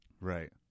Right